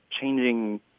changing